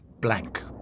blank